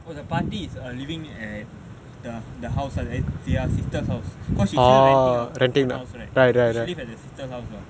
oh the party is living at the the house their sisters house because she's still renting her own house right so she live at the sisters house lor